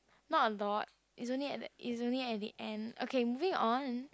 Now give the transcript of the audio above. not on though is only at is only at the end okay moving on